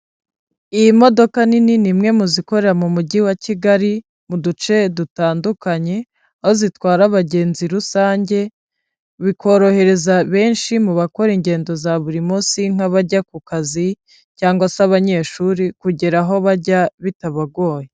Iyi modoka nini ni imwe mu zikorera mu mujyi wa Kigali mu duce dutandukanye, aho zitwara abagenzi rusange, bikorohereza benshi mu bakora ingendo za buri munsi, nk'abajya ku kazi, cyangwa se abanyeshuri kugira aho bajya bitabagoye.